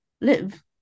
live